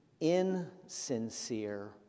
insincere